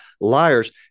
liars